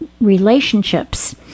relationships